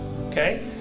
Okay